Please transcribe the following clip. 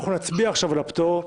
אנחנו נצביע עכשיו על הפטור,